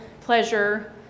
pleasure